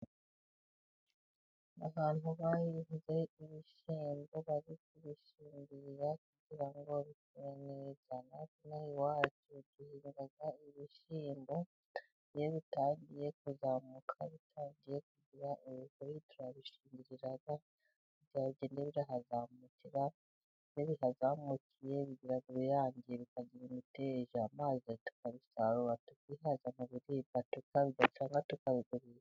Abantu bahinze ibishymbo, bari kubishingirira kugira ngo bikure neza. Natwe inaha iwacu duhinga ibishyimbo. Iyo bitangiye kuzamuka, turabishingirira kugira ngo bigende bihazamukira. Iyo bihazamukiyebigira uruyange, bikagira imiteja, maze tukazisarura ,tukihaza mu biribwa , tukabirya cyangwa tukabigurisha.